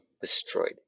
destroyed